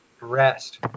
rest